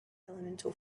elemental